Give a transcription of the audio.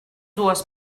dues